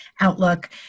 outlook